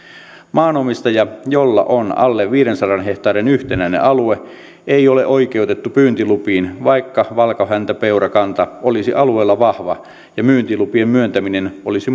maanomistaja jolla on alle viidensadan hehtaarin yhtenäinen alue ei ole oikeutettu pyyntilupiin vaikka valkohäntäpeurakanta olisi alueella vahva ja pyyntilupien myöntäminen olisi